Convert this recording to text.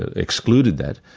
ah excluded that,